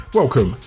welcome